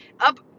up